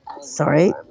sorry